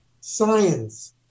science